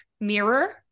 mirror